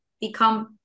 become